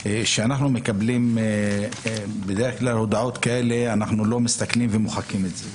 כשאנחנו מקבלים בדרך כלל הודעות כאלה אנחנו לא מסתכלים ומוחקים את זה,